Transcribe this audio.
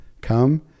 come